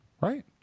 Right